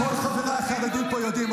כל חבריי החרדים פה יודעים.